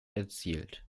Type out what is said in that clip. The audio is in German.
erzielt